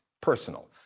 personal